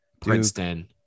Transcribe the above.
Princeton